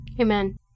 Amen